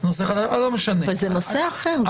--- אבל זה נושא אחר,